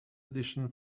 edition